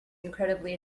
incredibly